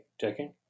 checking